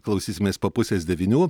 klausysimės po pusės devynių